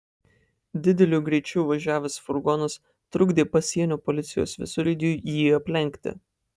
dideliu greičiu važiavęs furgonas trukdė pasienio policijos visureigiui jį aplenkti